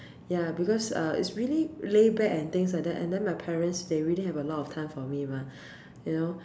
ya because uh is really laid back and things like that and then my parents they really have a lot of time for me mah you know